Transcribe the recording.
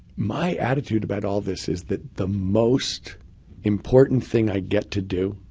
my attitude about all this is that the most important thing i get to do,